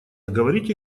говорите